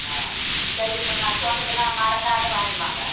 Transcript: ஆ சரி இப்போ நான் சொன்னதெல்லாம் மறக்காத வாங்கினு வாங்க